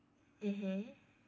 mmhmm